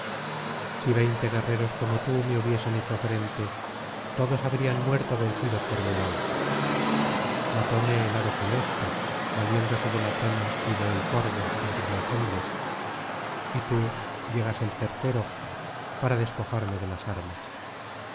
si veinte guerreros como tú me hubiesen hecho frente todos habrían muerto vencidos por mi lanza matóme el hado funesto valiéndose de latona y de euforbo entre los hombres y tú llegas el tercero para despojarme de las armas